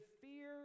fear